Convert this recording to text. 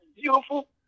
beautiful